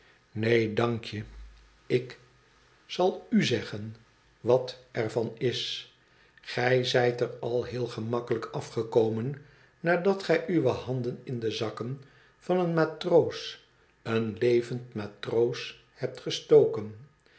dank je ik tal u zeggen wat er van is gij zijt er al heel gemakkelijk afgekomen nadat gij uwe handen in de zakken van een natroos een levend matroos hebt gestoken